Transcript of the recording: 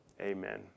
amen